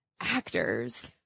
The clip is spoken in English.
Actors